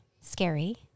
scary